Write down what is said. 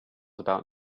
about